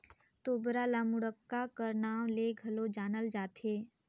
तोबरा ल मुड़क्का कर नाव ले घलो जानल जाथे